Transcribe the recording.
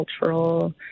cultural